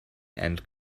and